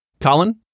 Colin